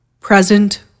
Present